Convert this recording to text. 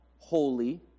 Holy